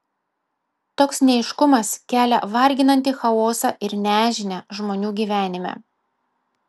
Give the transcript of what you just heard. toks neaiškumas kelia varginantį chaosą ir nežinią žmonių gyvenime